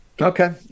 Okay